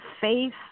faith